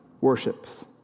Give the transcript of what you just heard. worships